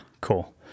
cool